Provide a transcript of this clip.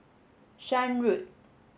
Shan Road